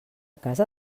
casa